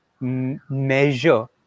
measure